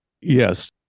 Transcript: Yes